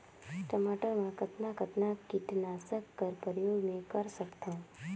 टमाटर म कतना कतना कीटनाशक कर प्रयोग मै कर सकथव?